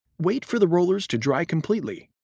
wait for the rollers to dry completely.